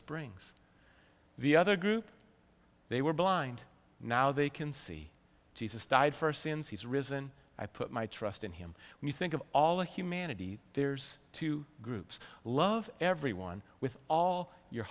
brings the other group they were blind now they can see jesus died for our sins he's risen i put my trust in him when you think of all of humanity there's two groups love everyone with all your